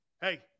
Hey